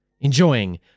enjoying